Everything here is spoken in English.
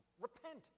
repent